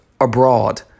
abroad